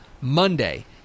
Monday